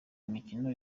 imikino